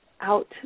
out